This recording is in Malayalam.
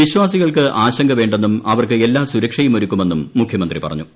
വിശ്വാസികൾക്ക് ആശങ്ക വേണ്ടെന്നും അവർക്ക് എല്ലാ സുരക്ഷയും ഒരുക്കുമെന്നും മുഖ്യമന്ത്രി പറഞ്ഞു